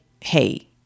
hey